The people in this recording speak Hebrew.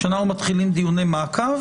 כשאנחנו מתחילים דיוני מעקב,